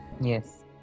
yes